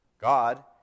God